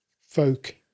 folk